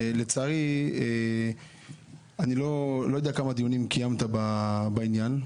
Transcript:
לצערי, אני לא יודע כמה דיונים קיימת בעניין.